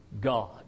God